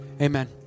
amen